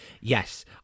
Yes